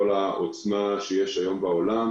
העוצמה שיש היום בעולם,